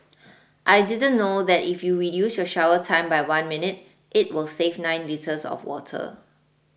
I didn't know that if you reduce your shower time by one minute it will save nine litres of water